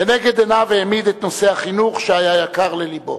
לנגד עיניו העמיד את נושא החינוך, שהיה יקר ללבו.